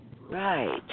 Right